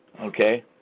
okay